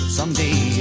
Someday